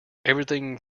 everything